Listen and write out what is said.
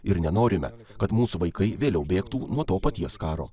ir nenorime kad mūsų vaikai vėliau bėgtų nuo to paties karo